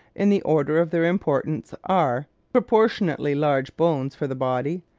in the order of their importance, are proportionately large bones for the body,